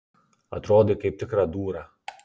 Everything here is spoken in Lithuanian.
atrodai kaip tikra dūra